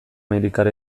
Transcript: amerikar